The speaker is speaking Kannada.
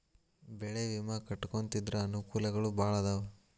ಬೆಳೆ ವಿಮಾ ಕಟ್ಟ್ಕೊಂತಿದ್ರ ಅನಕೂಲಗಳು ಬಾಳ ಅದಾವ